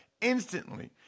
instantly